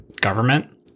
government